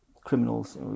criminals